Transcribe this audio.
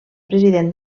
president